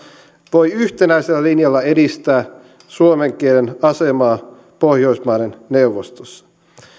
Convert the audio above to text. voi yhtenäisellä linjalla edistää suomen kielen asemaa pohjoismaiden neuvostossa